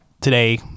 today